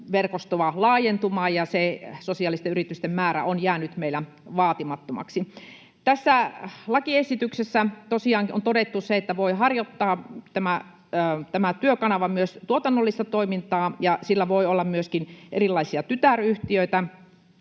verkostoa laajentumaan ja sosiaalisten yritysten määrä on jäänyt meillä vaatimattomaksi. Tässä lakiesityksessä tosiaan on todettu se, että tämä Työkanava voi harjoittaa myös tuotannollista toimintaa ja sillä voi olla myöskin erilaisia tytäryhtiöitä.